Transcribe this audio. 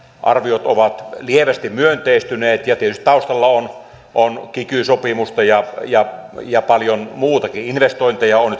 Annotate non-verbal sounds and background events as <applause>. arviot ovat lievästi myönteistyneet ja tietysti taustalla on on kiky sopimusta ja ja paljon muutakin investointeja on <unintelligible>